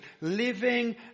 living